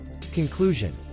Conclusion